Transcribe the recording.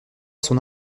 son